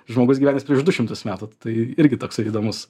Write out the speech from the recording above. žmogus gyvenęs prieš du šimtus metų tai irgi toksai įdomus